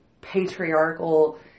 patriarchal